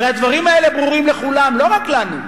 הרי הדברים האלה ברורים לכולם, לא רק לנו.